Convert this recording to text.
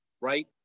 right